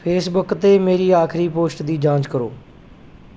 Facebook 'ਤੇ ਮੇਰੀ ਆਖਰੀ ਪੋਸਟ ਦੀ ਜਾਂਚ ਕਰੋ